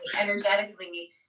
energetically